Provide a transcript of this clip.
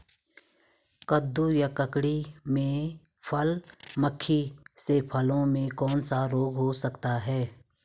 कद्दू या ककड़ी में फल मक्खी से फलों में कौन सा रोग होता है?